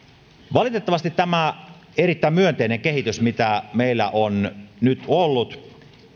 valitettavasti tämä erittäin myönteinen kehitys mitä meillä on nyt ollut